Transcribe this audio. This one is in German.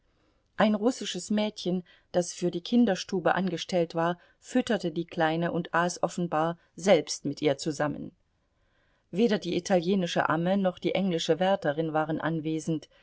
ein russisches mädchen das für die kinderstube angestellt war fütterte die kleine und aß offenbar selbst mit ihr zusammen weder die italienische amme noch die englische wärterin waren anwesend